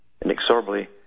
Inexorably